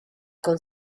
con